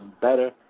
better